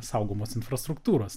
saugomos infrastruktūros